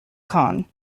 khan